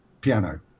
piano